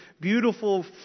beautiful